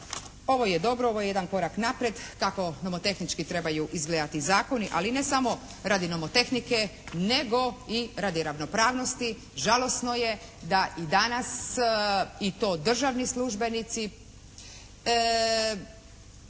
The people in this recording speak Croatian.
Ovo je dobro, ovo je jedan korak naprijed kako nomotehnički trebaju izgledati zakoni, ali ne samo radi nomotehnike nego i radi ravnopravnosti. Žalosno je da i danas i to državni službenici